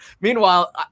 Meanwhile